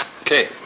Okay